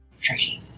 tricky